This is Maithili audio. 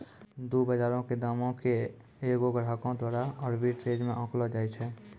दु बजारो के दामो के एगो ग्राहको द्वारा आर्बिट्रेज मे आंकलो जाय छै